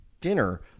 dinner